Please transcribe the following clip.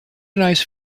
nice